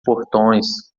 portões